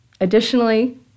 Additionally